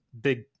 big